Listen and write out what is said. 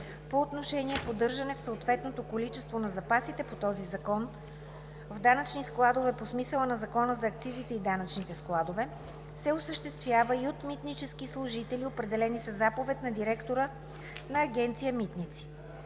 по отношение поддържане в съответното количество на запасите по този закон в данъчни складове по смисъла на Закона за акцизите и данъчните складове, се осъществява и от митнически служители, определени със заповед на директора на Агенция „Митници“.